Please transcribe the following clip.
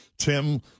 Tim